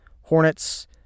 Hornets